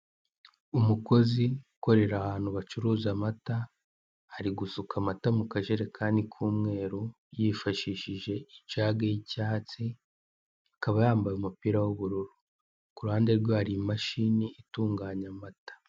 Umukozi ukorera ahantu bacuruza amata ari gusuka amata mu kajerekani k'umweru yifashishije ijage y'icyatsi akaba yambaye umupira w'ubururu ku ruhande rwe hari imashini itunganya amata.